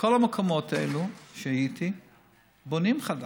בכל המקומות האלה שהייתי בונים חדש.